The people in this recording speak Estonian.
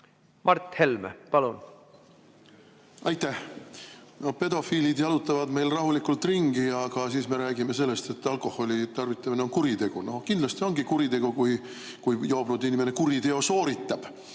Mart Helme, palun! Aitäh! Pedofiilid jalutavad meil rahulikult ringi, aga me räägime sellest, et alkoholi tarvitamine on kuritegu. Kindlasti ongi kuritegu, kui joobnud inimene kuriteo sooritab,